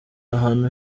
ahantu